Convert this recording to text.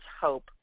hope